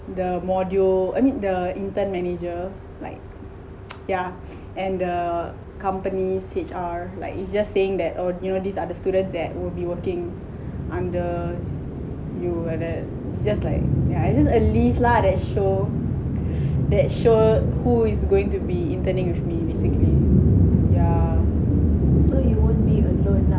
the module I mean the intern manager like yeah and the company's H_R like it just saying that oh near this ada students that will be working under you like that its just like it just a list lah that show that show who will be interning with me basically yeah